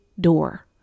door